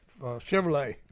Chevrolet